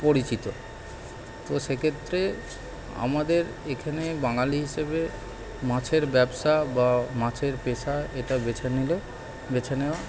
পরিচিত তো সেক্ষেত্রে আমাদের এখানে বাঙালি হিসেবে মাছের ব্যবসা বা মাছের পেশা এটা বেছে নিলে বেছে নেওয়া